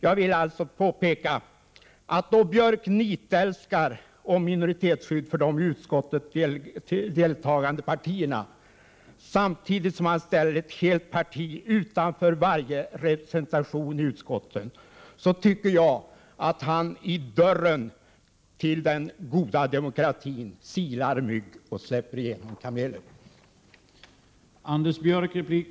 Jag tycker alltså att då Björck nitälskar för de i utskotten deltagande partierna, samtidigt som han vill ställa ett parti utanför varje som helst utskottsrepresentation, silar han mygg och släpper igenom kameler i dörren till den goda demokratin.